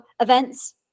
events